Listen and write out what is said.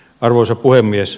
arvoisa puhemies